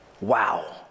Wow